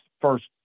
first